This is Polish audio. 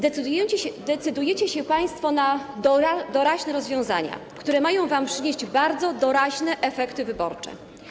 Decydujecie się państwo na doraźne rozwiązania, które mają wam przynieść bardzo doraźne efekty wyborcze.